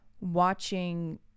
watching